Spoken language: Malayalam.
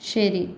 ശരി